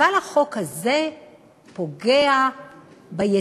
אבל החוק הזה פוגע ביציגות.